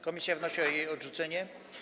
Komisja wnosi o jej odrzucenie.